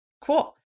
Cool